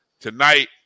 tonight